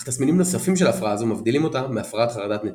אך תסמינים נוספים של הפרעה זו מבדילים אותה מהפרעת חרדת נטישה.